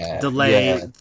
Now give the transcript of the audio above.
delay